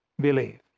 believe